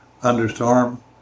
thunderstorm